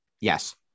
Yes